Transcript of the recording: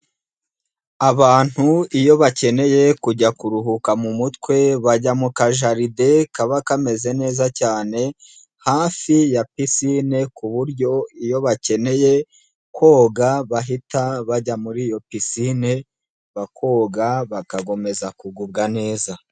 Abantu iyo bakeneye kujya kuruhuka mu mutwe bajya mu kajaride kaba kameze neza cyane, hafi ya pisine ku buryo iyo bakeneye koga bahita bajya muri iyo pisine bakoga bagakomeza kugubwa neza.